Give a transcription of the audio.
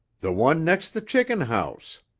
the one next the chicken house.